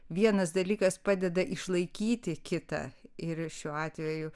vienas dalykas padeda išlaikyti kitą ir šiuo atveju